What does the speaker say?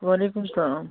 وعلیکُم السلام